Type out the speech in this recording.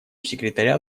секретаря